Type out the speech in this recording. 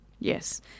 Yes